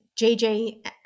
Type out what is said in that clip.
JJ